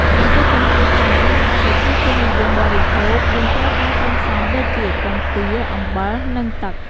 ចំពោះពងទាប្រៃ ដែលប្រជាជននិយមបរិភោគ យើងត្រូវការគ្រឿងផ្សំដូចជា ពងទា អំបិល និងទឹក។